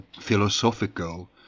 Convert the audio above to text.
philosophical